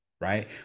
right